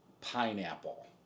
pineapple